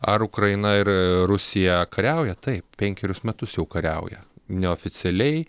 ar ukraina ir rusija kariauja taip penkerius metus jau kariauja neoficialiai